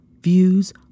views